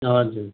हजुर